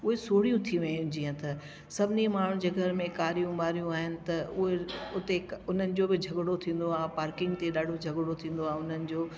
उहे सोड़ियूं थी वियूं आहिनि जीअं त सभिनीनि माण्हुनि जे घर में कारियूं ॿारियूं आहिनि त उहे उते उन्हनि जो बि झगिड़ो थींदो आहे पार्किंग ते ॾाढो झगिड़ो थींदो आहे उन्हनि जो